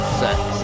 sex